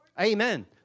Amen